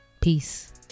Peace